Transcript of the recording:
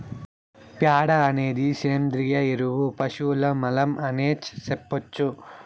ప్యాడ అనేది సేంద్రియ ఎరువు పశువుల మలం అనే సెప్పొచ్చు